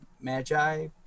magi